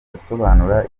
asobanura